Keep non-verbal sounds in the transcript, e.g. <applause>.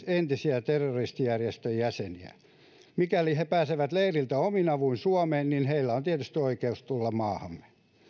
<unintelligible> entisiä terroristijärjestön jäseniä mikäli he pääsevät leiriltä omin avuin suomeen niin heillä on tietysti oikeus tulla maahamme